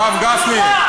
הרב גפני,